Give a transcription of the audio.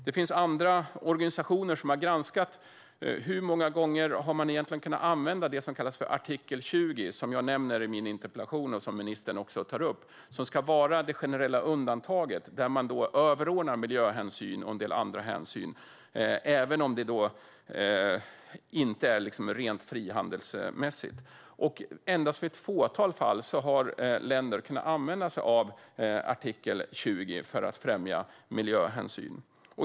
Det finns organisationer som har granskat hur många gånger man har kunnat använda det som kallas för artikel 20 - som jag nämner i min interpellation och som också ministern tar upp - som ska vara det generella undantaget, där man överordnar miljöhänsyn och en del andra hänsyn även om det liksom inte är rent frihandelsmässigt. Endast i ett fåtal fall har länder kunnat använda sig av artikel 20 för att främja miljöhänsyn.